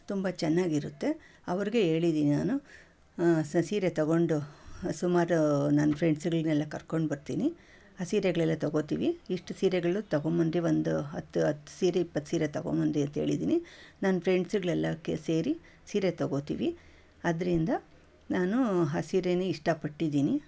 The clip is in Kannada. ತುಂಬ ಚೆನ್ನಾಗಿರುತ್ತೆ ಅವ್ರಿಗೆ ಹೇಳಿದ್ದೀನಿ ನಾನು ಹೊಸ ಸೀರೆ ತೊಗೊಂಡು ಸುಮಾರು ನನ್ನ ಫ್ರೆಂಡ್ಸುಗಳನ್ನೆಲ್ಲ ಕರ್ಕೊಂಡ್ಬರ್ತೀನಿ ಆ ಸೀರೆಗಳೆಲ್ಲ ತೊಗೊಳ್ತೀವಿ ಇಷ್ಟು ಸೀರೆಗಳು ತೊಗೊಂಡ್ಬಂದ್ರೆ ಒಂದು ಹತ್ತತ್ತು ಸೀರೆ ಇಪ್ಪತ್ತು ಸೀರೆ ತೊಗೊಂಡ್ಬನ್ರಿ ಅಂತ ಹೇಳಿದ್ದೀನಿ ನನ್ನ ಫ್ರೆಂಡ್ಸುಗಳೆಲ್ಲ ಕೆ ಸೇರಿ ಸೀರೆ ತೊಗೊಳ್ತೀವಿ ಆದ್ದರಿಂದ ನಾನು ಆ ಸೀರೆನೇ ಇಷ್ಟಪಟ್ಟಿದೀನಿ